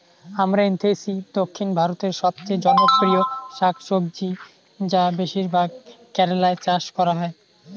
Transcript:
আমরান্থেইসি দক্ষিণ ভারতের সবচেয়ে জনপ্রিয় শাকসবজি যা বেশিরভাগ কেরালায় চাষ করা হয়